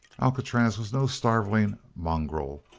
alcatraz was no starveling mongrel,